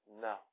No